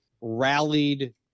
rallied